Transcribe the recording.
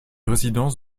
résidence